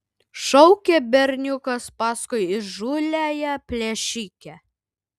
šaukė berniukas paskui įžūliąją plėšikę